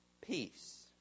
peace